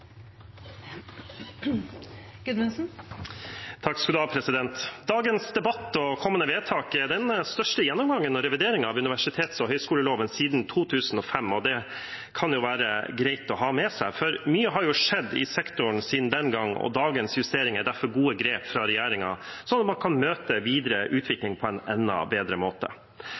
den største gjennomgangen og revideringen av universitets- og høyskoleloven siden 2005. Det kan det jo være greit å ha med seg, for mye har skjedd i sektoren siden den gang, og dagens justeringer er derfor gode grep fra regjeringen, sånn at man kan møte videre utvikling på en enda bedre måte.